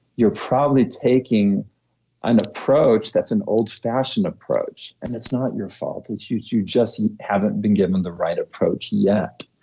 you're probably taking an approach that's an old fashioned approach, and it's not your fault. it's you you just haven't been given the right approach yet.